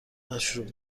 مشروب